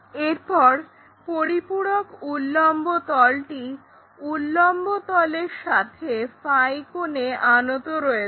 এরপর পরিপূরক উল্লম্ব তলটি উল্লম্ব তল এর সাথে কোণে আনত রয়েছে